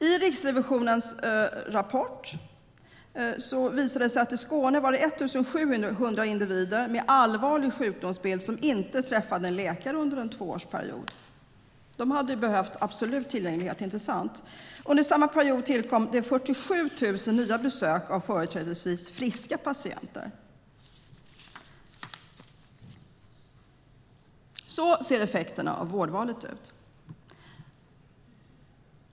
I Riksrevisionens rapport visar det sig att det i Skåne var 1 700 individer med allvarlig sjukdomsbild som inte träffade en läkare under en tvåårsperiod. De hade absolut behövt tillgänglighet. Under samma period tillkom det 47 000 nya besök av företrädesvis friska patienter. Så ser effekterna av vårdvalet ut.